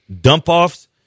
dump-offs